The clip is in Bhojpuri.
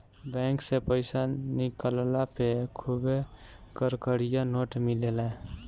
बैंक से पईसा निकलला पे खुबे कड़कड़िया नोट मिलेला